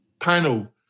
panel